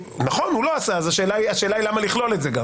הוא לא עשה אז השאלה היא למה לכלול את זה.